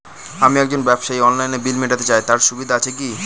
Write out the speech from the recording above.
আমি একজন ব্যবসায়ী অনলাইনে বিল মিটাতে চাই তার সুবিধা আছে কি?